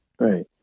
Right